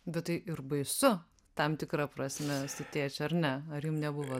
bet tai ir baisu tam tikra prasme su tėčiu ar ne ar jum nebuvo